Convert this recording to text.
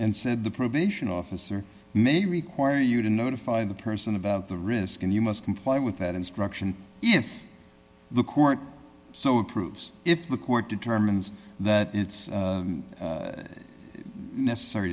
and said the probation officer may require you to notify the person about the risk and you must comply with that instruction in the court so it proves if the court determines that it's necessary